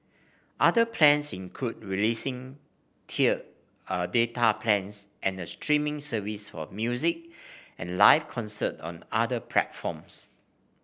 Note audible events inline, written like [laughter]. other plans include releasing tiered [hesitation] data plans and a streaming service for music and live concerts on other platforms